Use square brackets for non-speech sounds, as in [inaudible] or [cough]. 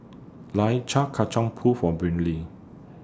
[unintelligible] Kacang Pool For Brylee